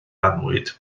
annwyd